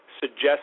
suggest